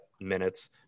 minutes